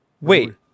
wait